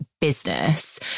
business